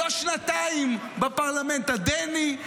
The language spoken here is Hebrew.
לא שנתיים בפרלמנט הדני,